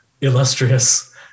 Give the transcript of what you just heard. illustrious